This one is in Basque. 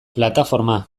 plataforma